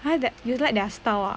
!huh! that you like their style ah